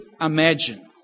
imagine